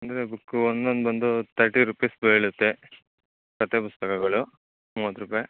ಅಂದರೆ ಬುಕ್ ಒಂದೊಂದು ಬಂದು ತರ್ಟಿ ರುಪೀಸ್ ಬೀಳುತ್ತೆ ಕತೆ ಪುಸ್ತಕಗಳು ಮೂವತ್ತು ರೂಪಾಯಿ